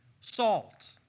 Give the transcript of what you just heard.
salt